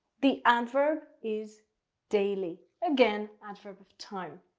the adverb is daily. again adverb of time.